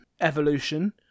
evolution